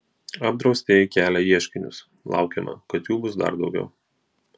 apdraustieji kelia ieškinius laukiama kad jų bus dar daugiau